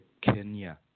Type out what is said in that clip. Kenya